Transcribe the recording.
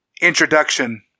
INTRODUCTION